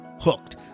hooked